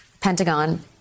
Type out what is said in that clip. Pentagon